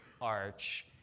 arch